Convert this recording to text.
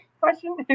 question